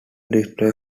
display